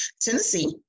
Tennessee